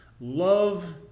Love